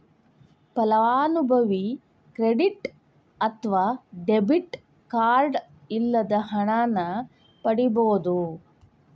ಫಲಾನುಭವಿ ಕ್ರೆಡಿಟ್ ಅತ್ವ debit card ಇಲ್ಲದ ಹಣನ ಪಡಿಬೋದ್